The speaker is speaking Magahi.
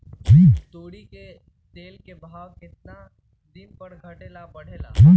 तोरी के तेल के भाव केतना दिन पर घटे ला बढ़े ला?